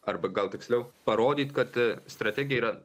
arba gal tiksliau parodyt kad strategija yra